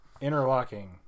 Interlocking